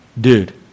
dude